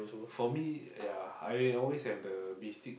for me ya I always have the basic